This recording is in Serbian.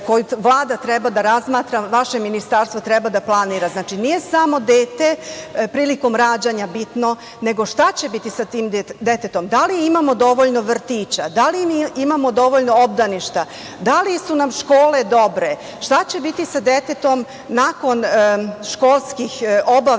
koju Vlada treba da razmatra, vaše Ministarstvo treba da planira. Znači, nije samo dete prilikom rađanja bitno, nego šta će biti sa tim detetom. Da li mi imamo dovoljno vrtića, da li mi imamo dovoljno obdaništa, da li su nam škole dobre, šta će biti sa detetom nakon školskih obaveza,